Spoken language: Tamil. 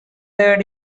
தேட